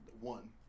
One